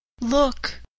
Look